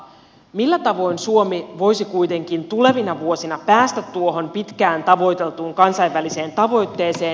millä tavoin suomi voisi kuitenkin tulevina vuosina päästä tuohon pitkään tavoiteltuun kansainväliseen tavoitteeseen